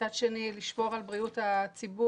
ומצד שני לשמור על בריאות הציבור,